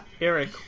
Eric